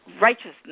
righteousness